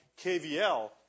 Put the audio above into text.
KVL